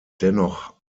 dennoch